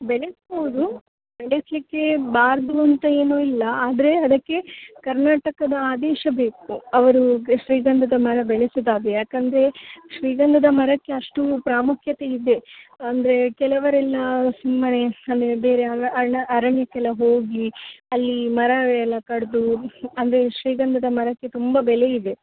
ಬೆಳೆಸ್ಬೋದು ಬೆಳೆಸಲಿಕ್ಕೆ ಬಾರದು ಅಂತ ಏನು ಇಲ್ಲ ಆದರೆ ಅದಕ್ಕೆ ಕರ್ನಾಟಕದ ಆದೇಶ ಬೇಕು ಅವರು ಗ್ ಶ್ರೀಗಂಧದ ಮರ ಬೆಳೆಸೋದಾದ್ರೆ ಯಾಕೆಂದ್ರೆ ಶ್ರೀಗಂಧದ ಮರಕ್ಕೆ ಅಷ್ಟೊಂದು ಪ್ರಾಮುಖ್ಯತೆ ಇದೆ ಅಂದರೆ ಕೆಲವರೆಲ್ಲ ಸುಮ್ಮನೆ ಅಂದರೆ ಬೇರೆ ಅಲ ಅಣ ಅರಣ್ಯಕ್ಕೆಲ್ಲ ಹೋಗಿ ಅಲ್ಲಿ ಮರ ಎಲ್ಲ ಕಡಿದು ಅಂದರೆ ಶ್ರೀಗಂಧದ ಮರಕ್ಕೆ ತುಂಬ ಬೆಲೆ ಇದೆ